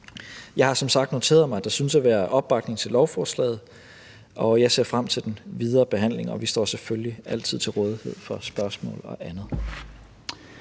som sagt noteret mig, at der synes at være opbakning til lovforslaget. Jeg ser frem til den videre behandling, og vi står selvfølgelig altid til rådighed for spørgsmål og andet.